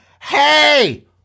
Hey